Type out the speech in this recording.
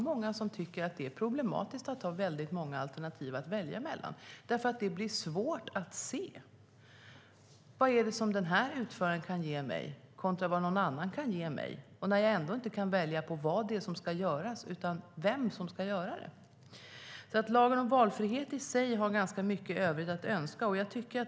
Många tycker att det är problematiskt att ha väldigt många alternativ att välja mellan. Det blir nämligen svårt att se vad en utförare kan ge mig kontra vad någon annan kan ge mig när jag ändå inte kan välja vad det är som ska göras utan bara vem som ska göra det. I fråga om lagen om valfrihet i sig finns det mycket i övrigt att önska.